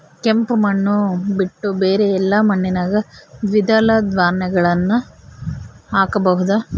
ಕೆಂಪು ಮಣ್ಣು ಬಿಟ್ಟು ಬೇರೆ ಎಲ್ಲಾ ಮಣ್ಣಿನಾಗ ದ್ವಿದಳ ಧಾನ್ಯಗಳನ್ನ ಹಾಕಬಹುದಾ?